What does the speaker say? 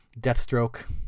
Deathstroke